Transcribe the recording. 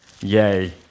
Yay